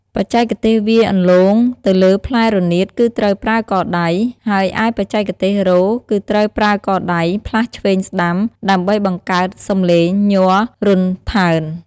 បច្ចេកទេសវាយអន្លូងទៅលើផ្លែរនាតគឺត្រូវប្រើកដៃ ហើយឯបច្ចេកទេសរោទ៍ គឺត្រូវប្រើកដៃផ្លាស់ឆ្វេងស្តាំដើម្បីបង្កើតសំឡេងញ័ររន្ថើន។